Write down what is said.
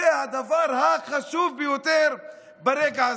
זה הדבר החשוב ביותר ברגע הזה.